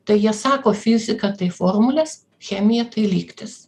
tai jie sako fizika tai formulės chemija tai lygtys